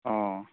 অঁ